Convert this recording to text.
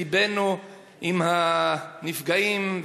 לבנו עם הנפגעים,